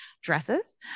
dresses